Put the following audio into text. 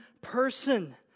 person